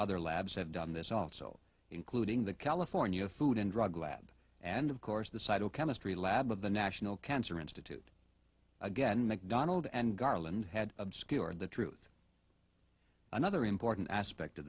other labs have done this also including the california food and drug lab and of course the site of chemistry lab of the national cancer institute again mcdonald and garland had obscured the truth another important aspect of